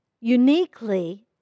Uniquely